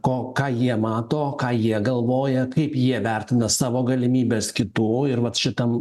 ko ką jie mato ką jie galvoja kaip jie vertina savo galimybes kitų ir vat šitam